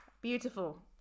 Beautiful